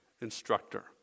instructor